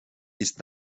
ist